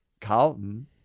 Carlton